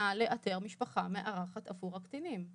נא לאתר משפחה מארחת עבור הקטינים.